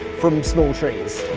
from small trees.